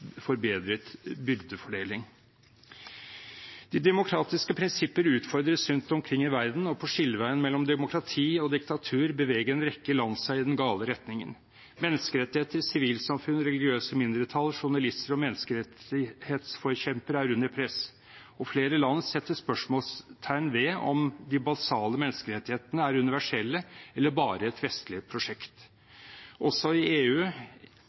forbedret byrdefordeling. De demokratiske prinsipper utfordres rundt omkring i verden. Ved skilleveien mellom demokrati og diktatur beveger en rekke land seg i den gale retningen. Menneskerettigheter, sivilsamfunn, religiøse mindretall, journalister og menneskerettighetsforkjempere er under press, og flere land setter spørsmålstegn ved om de basale menneskerettighetene er universelle eller bare et vestlig prosjekt. Også innenfor EU